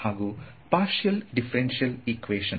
ಹಾಗೂ partial differential equation